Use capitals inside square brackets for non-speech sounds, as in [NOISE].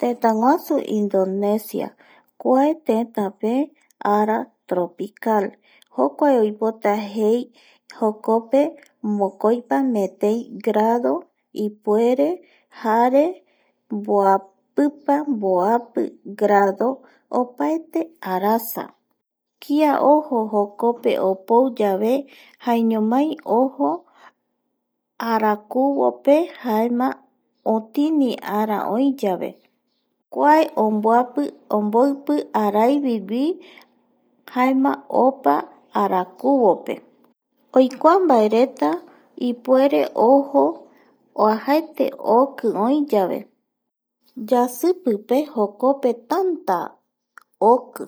Tëtäguasu indonesia kua tetape ara tropical jokua oipota jei jokpe mokoipa metei grado ipuere jare mboapipa mboapi grado opaete arasa kia ojo jokope opouyave jaeñomai ojo. arakuvope jaema otini ara oiyave kua [HESITATION] omboipi araivigui jaema opa arakuvope oikuambaereta ipuere ojo oajaete oki oiyave yasipipe jokope tanta oki